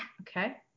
Okay